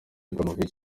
ibrahimovic